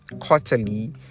quarterly